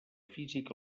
física